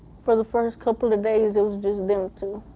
for the first couple of days, it was just them two.